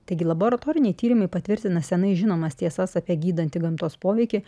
taigi laboratoriniai tyrimai patvirtina seniai žinomas tiesas apie gydantį gamtos poveikį